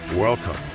Welcome